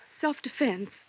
Self-defense